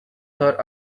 her